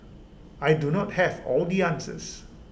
I do not have all the answers